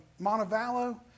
Montevallo